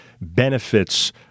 benefits